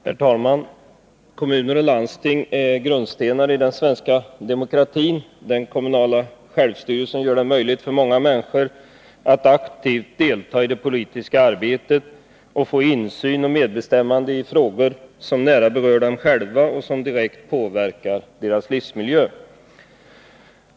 Herr talman! Kommuner och landsting är grundstenar i den svenska demokratin. Den kommunala självstyrelsen gör det möjligt för många människor att aktivt deltaga i det politiska arbetet och att få insyn och medbestämmande i frågor som nära berör dem själva och som direkt påverkar deras livsmiljö.